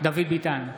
דוד ביטן,